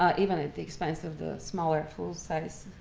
ah even at the expense of the smaller full size